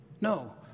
No